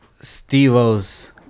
steve-o's